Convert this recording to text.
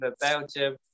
Belgium